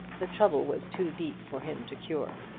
the trouble was too deep for him to cure.